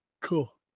Cool